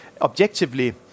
objectively